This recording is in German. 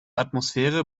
atmosphäre